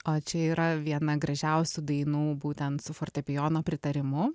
o čia yra viena gražiausių dainų būtent su fortepijono pritarimu